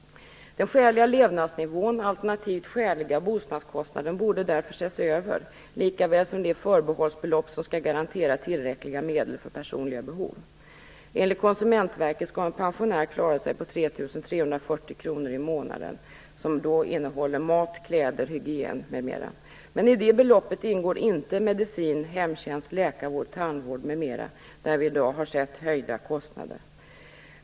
Den skäliga levnadsnivån alternativt skäliga bostadskostnaden borde därför ses över, lika väl som det förbehållsbelopp som skall garantera tillräckliga medel för personliga behov. Enligt Konsumentverket skall en pensionär klara sig på 3 340 kr i månaden, som skall räcka till mat, kläder, hygien, m.m. I det beloppet ingår inte medicin, hemtjänst, läkarvård, tandvård, m.m., områden som i dag har drabbats av höjda kostnader.